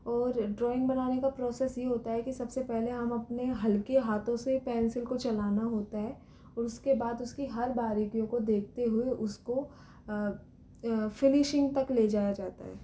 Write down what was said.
और ड्रॉइंग बनाने का प्रोसेस यह होता है कि सबसे पहले हम अपने हल्के हाथों से पेंसिल को चलाना होता है उसके बाद उसकी हर बारीकियों को देखते हुए उसको फिनिशिंग तक ले जाया जाता है